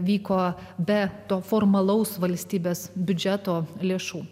vyko be to formalaus valstybės biudžeto lėšų